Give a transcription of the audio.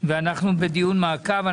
ואנחנו בדיון מעקב.